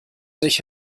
sich